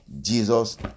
Jesus